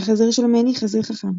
החזיר של מני - חזיר חכם.